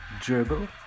Dribble